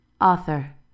author